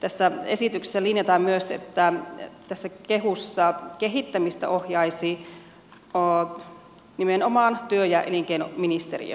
tässä esityksessä linjataan myös että tässä kehassa kehittämistä ohjaisi nimenomaan työ ja elinkeinoministeriö